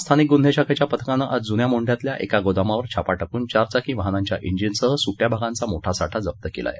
जालना स्थानिक गुन्हे शाखेच्या पथकानं आज जुन्या मोंढ्यातल्या एका गोदामावर छापा टाकून चारचाकी वाहनांच्या फिनसह सुट्या भागांचा मोठा साठा जप्त केला आहे